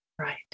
right